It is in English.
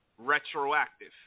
Retroactive